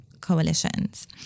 coalitions